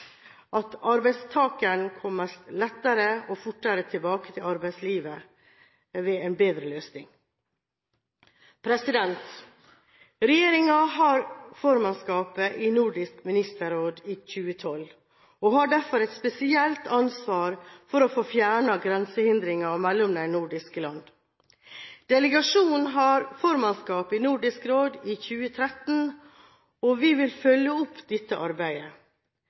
arbeidstakeren ved en bedre løsning skal komme lettere og fortere tilbake til arbeidslivet. Regjeringen har formannskapet i Nordisk ministerråd i 2012 og har derfor et spesielt ansvar for å få fjernet grensehindringer mellom de nordiske land. Delegasjonen har formannskapet i Nordisk råd i 2013, og vi vil følge opp dette arbeidet.